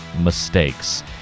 mistakes